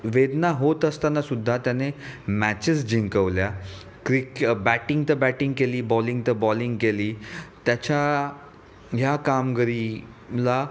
वेदना होत असताना सुद्धा त्याने मॅचेस जिंकवल्या क्रि बॅटिंग तर बॅटिंग केली बॉलिंग तर बॉलिंग केली त्याच्या ह्या कामगिरीला